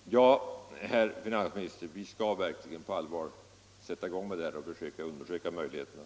Herr talman! Ja, herr finansminister, vi skall verkligen på allvar undersöka möjligheterna